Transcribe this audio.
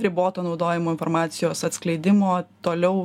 riboto naudojimo informacijos atskleidimo toliau